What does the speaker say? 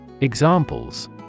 Examples